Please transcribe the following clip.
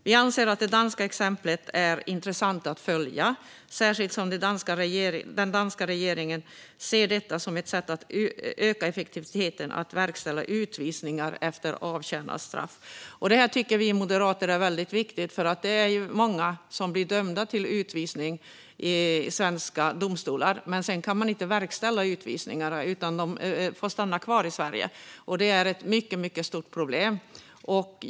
Vi anser att det danska exemplet är intressant att följa, särskilt som den danska regeringen ser detta som ett sätt att öka effektiviteten i att verkställa utvisningar efter avtjänat straff." Det här tycker vi moderater är väldigt viktigt, för det är många som i svenska domstolar blir dömda till utvisning, men sedan kan man inte verkställa utvisningarna utan de här personerna får stanna kvar i Sverige. Det är ett mycket stort problem.